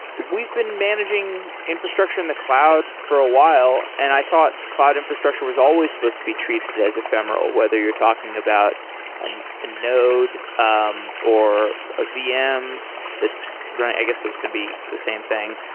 we've been managing infrastructure in the cloud for a while and i thought cloud infrastructure was always supposed to be treated as ephemeral, whether you're talking about and a node um or a vm that's running i guess those can be the same thing.